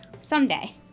Someday